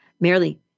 merely